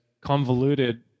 convoluted